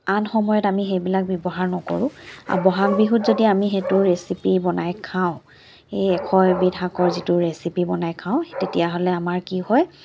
আন সময়ত আমি সেইবিলাক ব্যৱহাৰ নকৰোঁ বহাগ বিহুত যদি আমি সেইটো ৰেচিপি বনাই খাওঁ সেই এশ এবিধ শাকৰ যিটো ৰেচিপি বনাই খাওঁ তেতিয়াহ'লে আমাৰ কি হয়